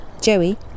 Joey